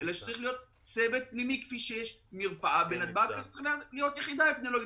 לראות שזה עובד,